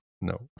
no